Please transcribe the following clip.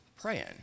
praying